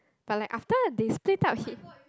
but like after they split up he